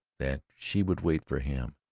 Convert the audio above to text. that she would wait for him,